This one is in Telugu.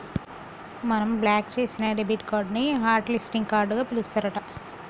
మనం బ్లాక్ చేసిన డెబిట్ కార్డు ని హట్ లిస్టింగ్ కార్డుగా పిలుస్తారు అంట